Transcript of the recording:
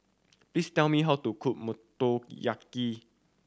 please tell me how to cook Motoyaki